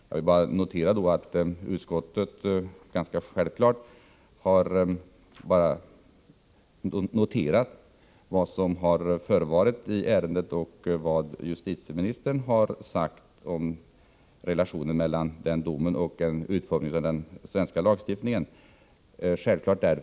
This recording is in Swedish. Jag vill då bara framhålla att utskottet självfallet har noterat vad som har förevarit i ärendet och vad justitieministern har sagt om relationen mellan den domen och utformningen av den svenska lagstiftningen.